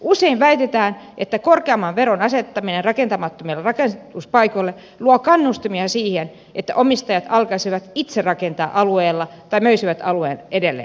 usein väitetään että korkeamman veron asettaminen rakentamattomille rakennuspaikoille luo kannustimia siihen että omistajat alkaisivat itse rakentaa alueella tai möisivät alueen edelleen